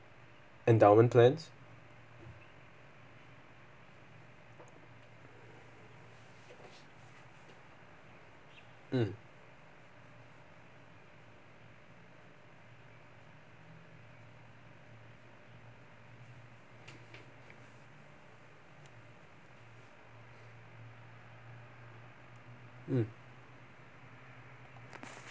endowment plans mm mm